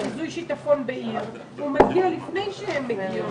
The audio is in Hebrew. אנחנו על זה ומנסים לעשות כל מה שניתן כדי להסדיר מקורות